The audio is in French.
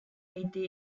été